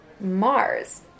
Mars